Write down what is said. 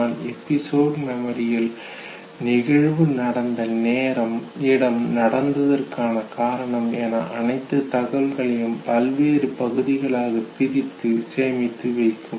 ஆனால் எபிசோட் மெமரியில் நிகழ்வு நடந்த நேரம் இடம் நடந்ததற்கான காரணம் என அனைத்து தகவல்களையும் பல்வேறு பகுதிகளாக பிரித்து சேமித்து வைக்கும்